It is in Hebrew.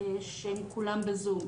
שכולן בזום.